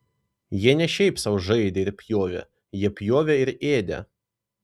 jie ne šiaip sau žaidė ir pjovė jie pjovė ir ėdė